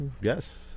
Yes